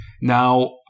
now